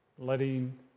Letting